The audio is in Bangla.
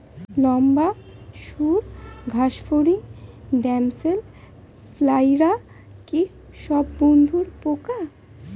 লম্বা সুড় ঘাসফড়িং ড্যামসেল ফ্লাইরা কি সব বন্ধুর পোকা?